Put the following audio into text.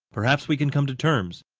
perhaps we can come to terms.